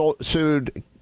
sued